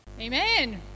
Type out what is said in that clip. amen